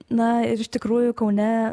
na ir iš tikrųjų kaune